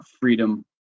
freedom